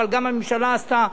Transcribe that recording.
אבל גם הממשלה עשתה,